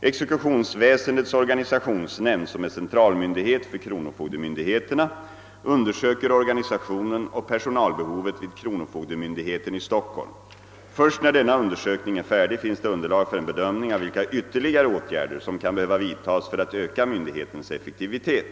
Exekutionsväsendets organisationsnämnd, som är centralmyndighet för kronofogdemyndigheterna, undersöker organisationen och personalbehovet vid kronofogdemyndigheten i Stockholm. Först när denna undersökning är färdig finns det underlag för en bedömning av vilka ytterligare åtgärder, som kan behöva vidtas för att öka myndighetens effektivitet.